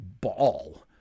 ball